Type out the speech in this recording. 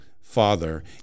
Father